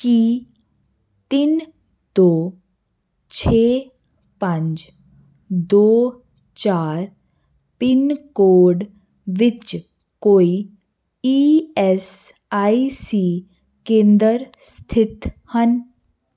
ਕੀ ਤਿੰਨ ਦੋ ਛੇ ਪੰਜ ਦੋ ਚਾਰ ਪਿਨ ਕੋਡ ਵਿੱਚ ਕੋਈ ਈ ਐੱਸ ਆਈ ਸੀ ਕੇਂਦਰ ਸਥਿਤ ਹਨ